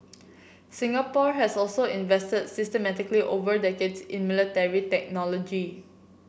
Singapore has also invested systematically over decades in military technology